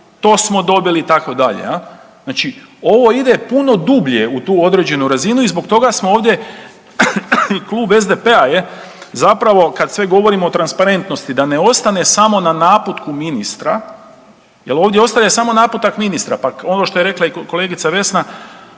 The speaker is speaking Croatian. to smo dobili itd., jel. Znači, ovo ide puno dublje u tu određenu razinu i zbog toga smo ovdje klub SDP-a je zapravo kad svi govorimo o transparentnosti, da ne ostane samo na naputku ministra, jel ovdje ostaje samo naputak ministra, pa ono što je rekla i kolegica Vesna,